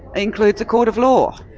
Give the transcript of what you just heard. includes a court of law.